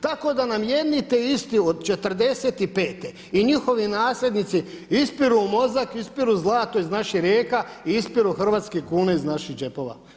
Tako da nam jedni te isti od '45. i njihovi nasljednici ispiru mozak, ispiru zlato iz naših rijeka i ispiru hrvatske kune iz naših džepova.